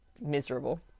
miserable